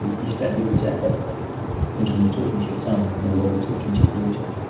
you spend all this effort thinking you're talking to your son, and you may well be talking to your daughter,